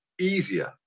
easier